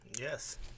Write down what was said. Yes